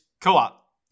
co-op